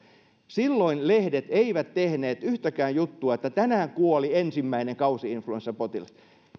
silloin lehdet eivät tehneet yhtäkään juttua että tänään kuoli ensimmäinen kausi influenssapotilas